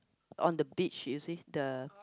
on the beach you you see the